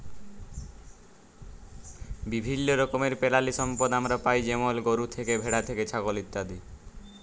বিভিল্য রকমের পেরালিসম্পদ আমরা পাই যেমল গরু থ্যাকে, ভেড়া থ্যাকে, ছাগল ইত্যাদি